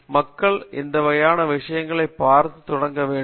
எனவே மக்கள் அந்த வகையான விஷயங்களை பார்த்து தொடங்க வேண்டும்